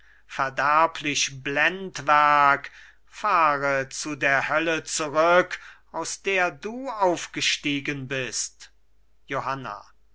verderblich blendwerk fahre zu der hölle zurück aus der du aufgestiegen bist johanna